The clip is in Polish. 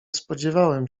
spodziewałem